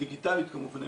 דיגיטלית כמובן.